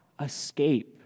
escape